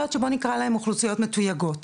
שאנחנו יכולים לקרוא להן "אוכלוסיות מתויגות".